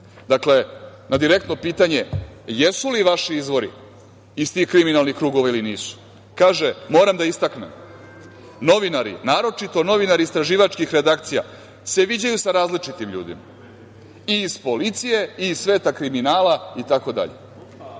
ih. Dakle, na direktno pitanje – jesu li vaši izvori iz tih kriminalnih krugova ili nisu? Kaže – moram da istaknem, novinari, naročito novinari istraživačkih redakcija se viđaju sa različitim ljudima i iz policije i iz sveta kriminala itd.